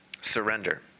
surrender